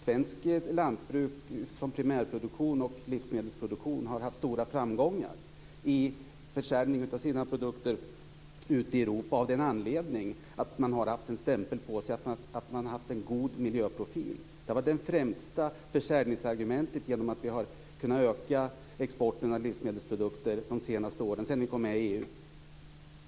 Svenskt lantbruk som primärproduktion och livsmedelsproduktion har haft stora framgångar vid försäljning av sina produkter ute i Europa av den anledningen att man har haft en stämpel på sig att man har haft en god miljöprofil. Det har varit det främsta försäljningsargumentet, och vi har kunnat öka exporten av livsmedelsprodukter de senaste åren, sedan vi kom med i EU.